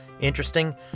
interesting